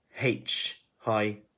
H-high